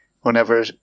Whenever